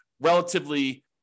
relatively